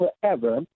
forever